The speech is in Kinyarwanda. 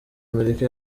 amerika